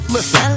Listen